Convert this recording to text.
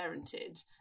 parented